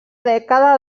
dècada